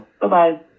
Bye-bye